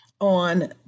on